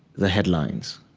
the headlines,